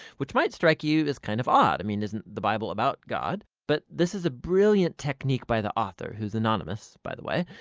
which might strike you as kind of odd. i mean isn't the bible about god. but this is a brilliant technique by the author, who's anonymous by the way.